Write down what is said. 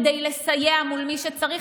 כדי לסייע מול מי שצריך.